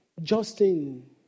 Justin